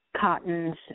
Cottons